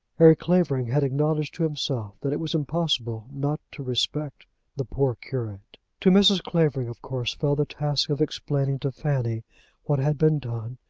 harry clavering had acknowledged to himself that it was impossible not to respect the poor curate. to mrs. clavering, of course, fell the task of explaining to fanny what had been done,